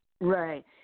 Right